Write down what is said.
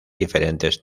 diferentes